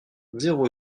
zéro